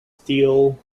steel